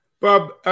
Bob